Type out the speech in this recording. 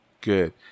Good